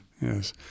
Yes